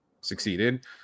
succeeded